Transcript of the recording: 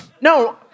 No